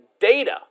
data